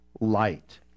Light